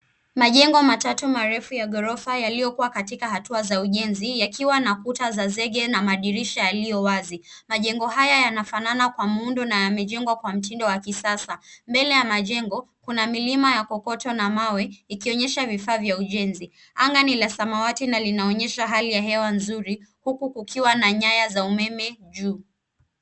Majengo matatu marefu ya ghorofa yaliyokuwa katika hatua za ujenzi, yakiwa na kuta za zege na madirisha yaliyo wazi. Majengo haya yanafanana kwa muundo na yamejengwa kwa mtindo wa kisasa. Mbele ya majengo, kuna milima ya kokoto na mawe, ikionyesha vifaa vya ujenzi. Anga ni la samawati na linaonyesha hali ya hewa nzuri, huku kukiwa na nyaya za umeme juu.